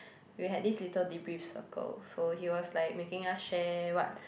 we had this little debrief circle so he was like making us share what